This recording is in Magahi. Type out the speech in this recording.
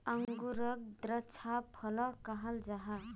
अन्गूरोक द्राक्षा फलो कहाल जाहा